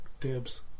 Dibs